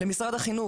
למשרד החינוך,